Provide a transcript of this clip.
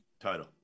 title